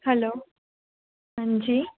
हलो हांजी